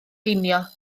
ginio